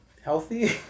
healthy